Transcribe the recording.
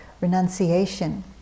renunciation